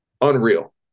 unreal